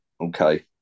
okay